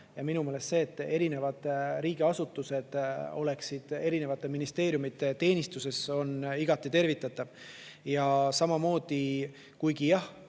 Ja minu meelest see, et erinevad riigiasutused on erinevate ministeeriumide teenistuses, on igati tervitatav. Kuigi jah,